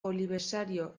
olibesario